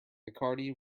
bacardi